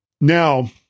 Now